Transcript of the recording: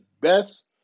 best